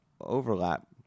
overlap